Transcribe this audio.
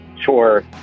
sure